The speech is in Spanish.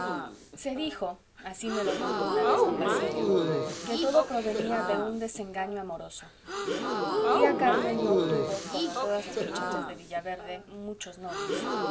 se dijo así me lo contó una vez don basilio que todo provenía de un desengaño amoroso tía carmen no tuvo como todas las muchachas de villaverde muchos novios